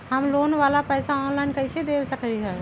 हम लोन वाला पैसा ऑनलाइन कईसे दे सकेलि ह?